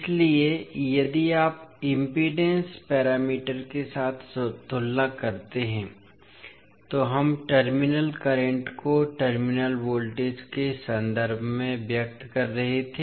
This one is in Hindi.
इसलिए यदि आप इम्पीडेन्स पैरामीटर के साथ तुलना करते हैं तो हम टर्मिनल करंट को टर्मिनल वोल्टेज के संदर्भ में व्यक्त कर रहे थे